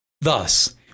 Thus